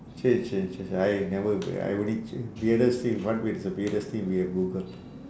change change change I never I only cha~ weirdest thing what weird is the weirdest thing you have googled